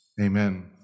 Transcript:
Amen